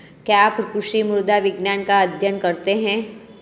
क्या आप कृषि मृदा विज्ञान का अध्ययन करते हैं?